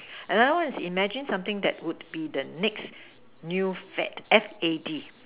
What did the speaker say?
another one is imagine something that will be the next new fad F_A_D